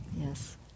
yes